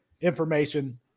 information